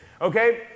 okay